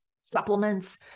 supplements